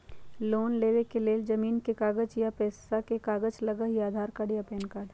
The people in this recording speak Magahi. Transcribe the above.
लोन लेवेके लेल जमीन के कागज या पेशा के कागज लगहई या आधार कार्ड या पेन कार्ड?